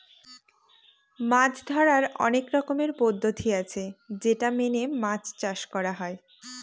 মাছ ধরার অনেক রকমের পদ্ধতি আছে যেটা মেনে মাছ চাষ করা হয়